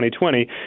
2020